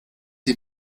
die